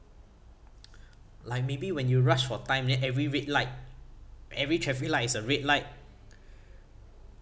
like maybe when you rush for time then every red light every traffic light is a red light